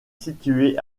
situé